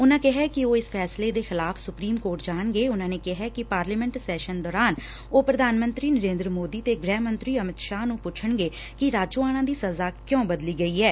ਉਨਾਂ ਕਿਹੈ ਕਿੰ ਉਹ ਇਸ ਫੈਸਲੇ ਦੇ ਖਿਲਾਫ਼ ਸੁਪਰੀਮ ਕੋਰਟ ਜਾਣਗੇ ਉਨਾਂ ਨੇ ਕਿਹੈ ਕਿ ਪਾਰਲੀਮੈਂਟ ਸੈਸ਼ਨ ਦੇ ਦੌਰਾਨ ਉਹ ਪ੍ਰਧਾਨ ਮੰਤਰੀ ਨਰੇਦਰ ਮੋਦੀ ਤੇ ਗੁਹਿ ਮੰਤਰੀ ਅਮਿਤ ਸ਼ਾਹ ਨੂੰ ਪੁੱਛਣਗੇ ਕਿ ਰਾਜੋਆਣਾ ਦੀ ਸਜ਼ਾ ਕਿਊ ਬਦਲੀ ਗਈ ਐ